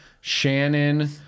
Shannon